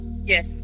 Yes